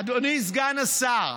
אדוני סגן השר,